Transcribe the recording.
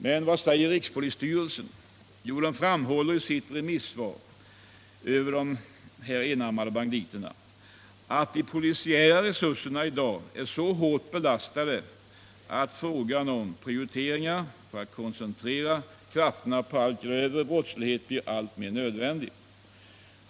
Men rikspolisstyrelsen framhåller i sitt remissvar över de enarmade banditerna att de polisiära resurserna i dag är så hårt belastade att frågan om prioriteringar för att koncentrera krafterna på allt grövre brottslighet blir alltmer nödvändig.